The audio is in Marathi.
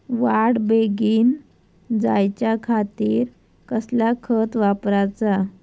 वाढ बेगीन जायच्या खातीर कसला खत वापराचा?